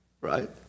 Right